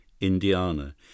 Indiana